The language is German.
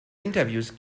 interviews